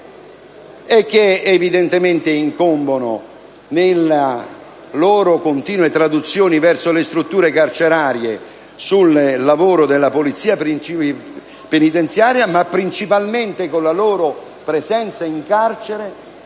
che evidentemente incombono nelle loro continue traduzioni verso le strutture carcerarie sul lavoro della Polizia penitenziaria, ma principalmente, con la loro presenza in carcere,